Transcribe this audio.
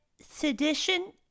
sedition